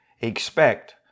expect